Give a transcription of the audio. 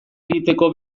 egiteko